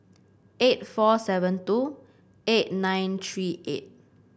eight four seven two eight nine three eight